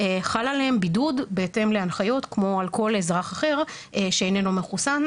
חל עליהם בידוד בהתאם להנחיות כמו על כל אזרח אחר שאיננו מחוסן.